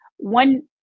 One